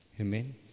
Amen